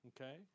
Okay